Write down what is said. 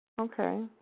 Okay